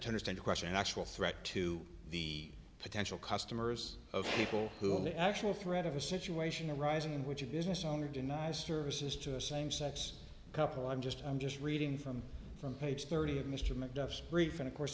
understand a question an actual threat to the potential customers of people who have the actual threat of a situation arising in which a business owner denies services to a same sex couple i'm just i'm just reading from front page thirty of mr mcduff's brief and of course